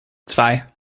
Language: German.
zwei